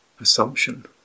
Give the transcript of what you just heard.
assumption